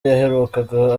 yahagurukaga